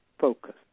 focus